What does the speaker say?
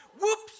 Whoops